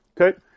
Okay